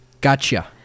Gotcha